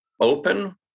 open